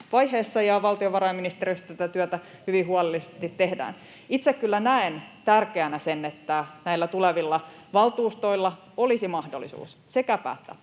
ja valtiovarainministeriössä tätä työtä hyvin huolellisesti tehdään. Itse kyllä näen tärkeänä sen, että näillä tulevilla valtuustoilla olisi mahdollisuus sekä päättää